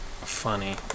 funny